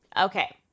Okay